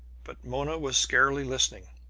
but mona was scarcely listening.